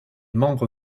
membre